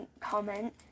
comment